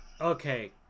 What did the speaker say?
Okay